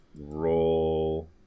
roll